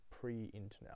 pre-internet